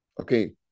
Okay